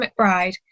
McBride